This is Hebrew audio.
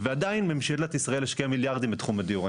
שקלים ועדיין מדינת ישראל השקיעה מיליארדים בתחום הדיור.